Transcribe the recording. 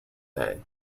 day